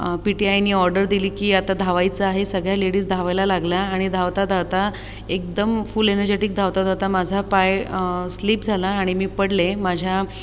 P T आयने order दिली की आता धावायचं आहे सगळ्या लेडीज धावायला लागल्या आणि धावता धावता एकदम फुल एनर्जेटिक धावता धावता माझा पाय स्लीप झाला आणि मी पडले माझ्या